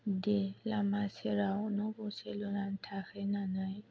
दि लामा सेराव न' गंसे लुनानै थाहैनानै